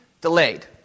delayed